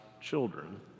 children